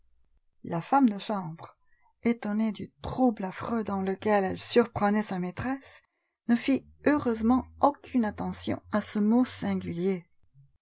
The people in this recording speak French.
la femme de chambre étonnée du trouble affreux dans lequel elle surprenait sa maîtresse ne fit heureusement aucune attention à ce mot singulier